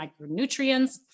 micronutrients